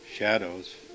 Shadows